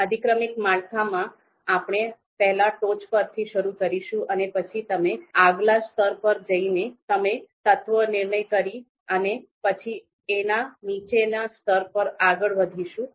અધિક્રમિક માળખામાં આપણે પહેલા ટોચ પરથી શરૂ કરીશું અને પછી તમે આગલા સ્તર પર જઈને તને તત્વો નિર્ણય કરી અને પછી એના નીચેના સ્તર પર આગળ વધીશું